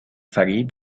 فریب